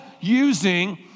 using